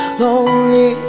lonely